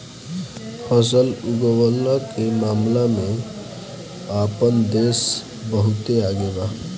फसल उगवला के मामला में आपन देश बहुते आगे हवे